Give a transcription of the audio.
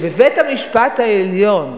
שבבית-המשפט העליון